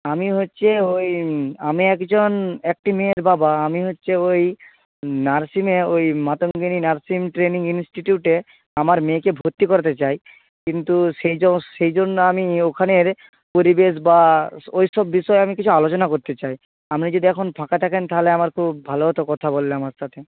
আমি হচ্ছে ওই আমি একজন একটি মেয়ের বাবা আমি হচ্ছে ওই নার্সিংয়ে ওই মাতঙ্গিনী নার্সিং ট্রেনিং ইনস্টিটিউটে আমার মেয়েকে ভর্তি করাতে চাই কিন্তু সেই সেই জন্য আমি ওখানের পরিবেশ বা ওইসব বিষয়ে আমি কিছু আলোচনা করতে চাই আপনি যদি এখন ফাঁকা থাকেন তাহলে আমার খুব ভালো হতো কথা বললে আমার সাথে